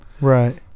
Right